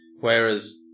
Whereas